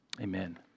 amen